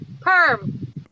Perm